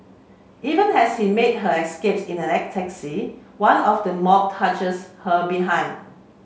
even as she made her escape in a taxi one of the mob touches her behind